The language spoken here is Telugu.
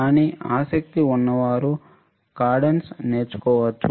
కానీ ఆసక్తి ఉన్నవారు కాడెన్స్ నేర్చుకోవచ్చు